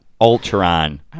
ultron